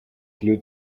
flew